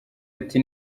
ati